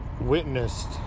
witnessed